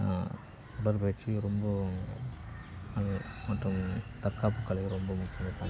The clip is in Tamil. உடற்பயிற்சி ரொம்பவும் அது மற்றும் தற்காப்புக்கலை ரொம்ப முக்கியம்